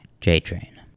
J-Train